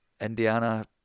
Indiana